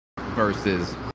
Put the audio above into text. versus